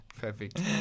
Perfect